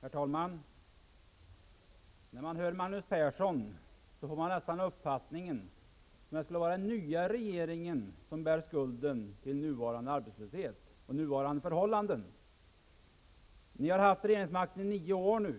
Herr talman! När man hör Magnus Persson får man nästan uppfattningen att det skulle vara den nya regeringen som bär skulden för nuvarande arbetslöshet och nuvarande förhållanden. Ni har ju haft regeringsmakten i nio år,